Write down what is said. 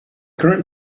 current